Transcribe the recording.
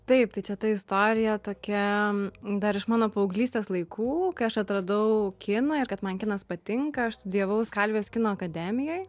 taip tai čia ta istorija tokia dar iš mano paauglystės laikų kai aš atradau kiną ir kad man kinas patinka aš studijavau skalvijos kino akademijoj